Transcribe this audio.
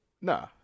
Nah